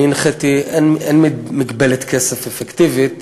5. אין מגבלת כסף אפקטיבית.